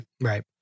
Right